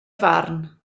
farn